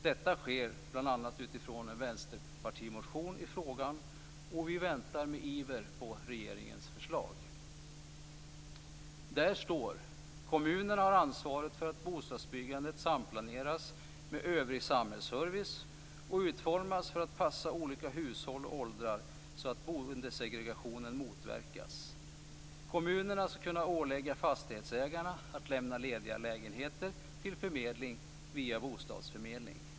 Detta sker bl.a. utifrån en vänsterpartimotion i frågan. Vi väntar med iver på regeringens förslag. Där står dessutom: Kommunerna har ansvaret för att bostadsbyggandet samplaneras med övrig samhällsservice och utformas för att passa olika hushåll och åldrar, så att boendesegregationen motverkas. Kommunerna skall kunna ålägga fastighetsägarna att lämna lediga lägenheter till förmedling via bostadsförmedling.